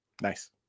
Nice